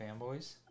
Fanboys